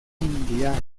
indiana